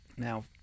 Now